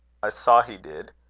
i saw he did.